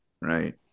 right